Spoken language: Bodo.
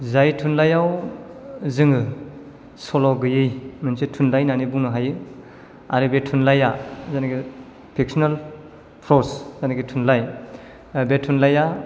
जाय थुनलाइयाव जोङो सल' गैयै मोनसे थुनलाइ होननानै बुंनो हायो आरो बे थुनलाइया जेनाखि फिक्स'नेल फ्रस जायनाखि थुनलाइ बे थुनलाइया